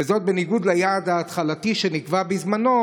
וזאת בניגוד ליעד ההתחלתי שנקבע בזמנו,